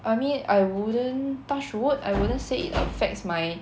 I mean I wouldn't touch wood I wouldn't say it affects my